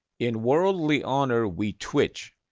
in worldly honor we twitch.